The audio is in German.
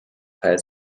fall